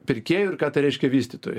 pirkėjui ir ką tai reiškia vystytojui